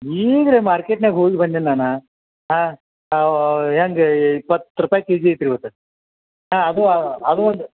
ಈಗ್ರಿ ಮಾರ್ಕೆಟ್ನ್ಯಾಗ ಹೋಗಿ ಬಂದೇನೆ ನಾನು ಹಾಂ ಹೇಗೆ ಇಪ್ಪತ್ತು ರೂಪಾಯಿ ಕೆ ಜಿ ಇತ್ರೀ ಇವತ್ತು ಹಾಂ ಅದು ಅದು ಒಂದು